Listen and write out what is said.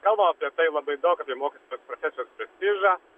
kalbam apie tai labai daug apie mokytojo profesijos prestižą